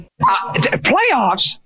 Playoffs